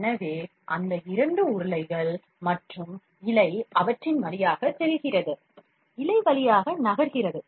எனவே அந்த இரண்டு உருளைகள் மற்றும் இழை அவற்றின் வழியாக செல்கிறது இழை வழியாக நகர்கிறது